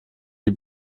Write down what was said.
die